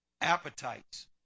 appetites